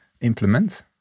implement